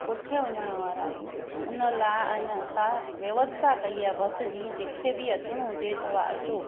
कोठे वञण वारा आहियूं उन लाइ आहे न असां व्यवस्था कई आहे बस जी जंहिंखे बि अचिणो हुजे त अचो